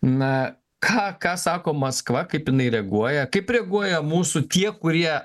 na ką ką sako maskva kaip jinai reaguoja kaip reaguoja mūsų tie kurie